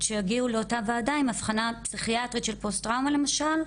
שיגיעו לאותה וועדה עם אבחנה פסיכיאטרית של פוסט טראומה למשל,